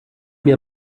mir